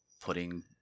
putting